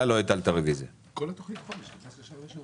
אני לא מכירה את כל-בו שלום.